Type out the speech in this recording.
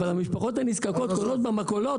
אבל המשפחות הנזקקות קונות במכולות,